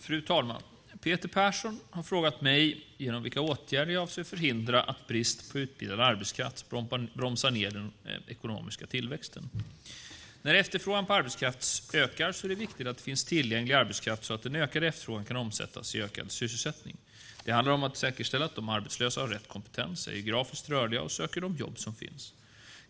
Fru talman! Peter Persson har frågat mig genom vilka åtgärder jag avser att förhindra att brist på utbildad arbetskraft bromsar den ekonomiska tillväxten. När efterfrågan på arbetskraft ökar är det viktigt att det finns tillgänglig arbetskraft så att den ökande efterfrågan kan omsättas till ökad sysselsättning. Det handlar om att säkerställa att de arbetslösa har rätt kompetens, är geografiskt rörliga och söker de jobb som finns.